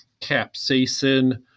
capsaicin